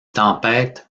tempête